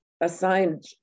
assigned